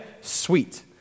sweet